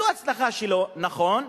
זו הצלחה שלו, נכון.